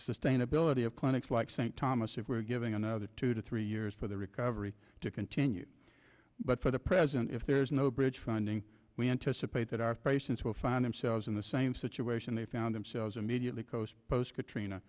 sustainability of clinics like st thomas if we're giving another two to three years for the recovery to continue but for the present if there is no bridge funding we anticipate that our patients will find themselves in the same situation they found themselves immediately coast post katrina